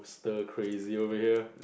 the crazy over here